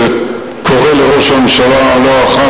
שקורה לראש הממשלה לא אחת,